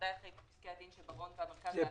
ובוודאי אחרי פסק דין בראון והמרכז האקדמי.